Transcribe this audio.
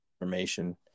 information